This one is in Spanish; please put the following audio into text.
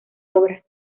obra